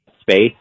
space